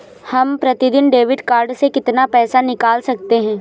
हम प्रतिदिन debit card से कितना पैसा निकाल सकते हैं?